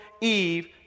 Eve